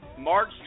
March